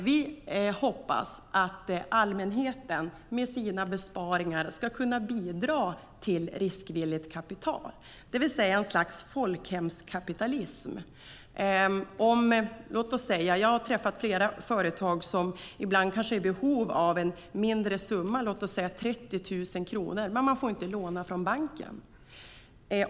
Vi hoppas att allmänheten med sina besparingar ska kunna bidra till riskvilligt kapital, det vill säga ett slags folkhemskapitalism. Jag har träffat flera företag som ibland är i behov av en mindre summa, låt oss säga 30 000 kronor, men de får inte låna från banken.